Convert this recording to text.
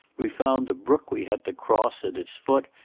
we found the brook we had to cross, at its foot,